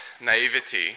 naivety